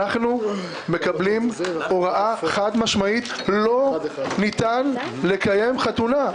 אנחנו מקבלים הוראה חד-משמעית שלא ניתן לקיים חתונה,